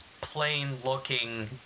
plain-looking